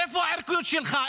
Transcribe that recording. איפה הערכיות שלך?